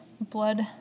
blood